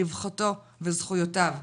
רווחתו וזכויותיו.